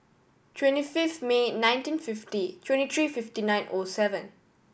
twenty fifth May nineteen fifty twenty three fifty nine O seven